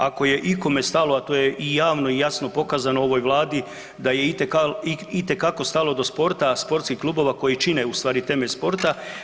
Ako je ikome stalo, a to je i javno i jasno pokazano ovoj Vladi da je itekako stalo do sporta, sportskih klubova koji čine ustvari i temelj sporta.